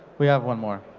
we have one more.